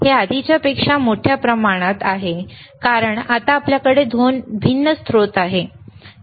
हे आधीच्यापेक्षा मोठ्या प्रमाणात आहे कारण आता आपल्याकडे दोन भिन्न स्रोत आहेत